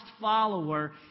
follower